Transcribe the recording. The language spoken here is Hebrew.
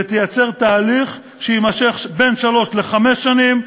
ותייצר תהליך שיימשך בין שלוש לחמש שנים,